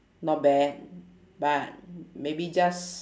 not bad but maybe just